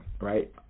right